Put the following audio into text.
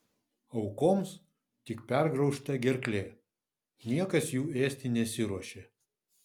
aukoms tik pergraužta gerklė niekas jų ėsti nesiruošė